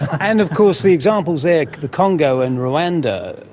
and of course the examples there, the congo and rwanda,